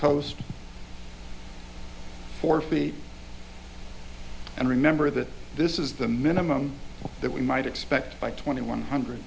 coast four feet and remember that this is the minimum that we might expect by twenty one hundred